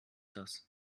das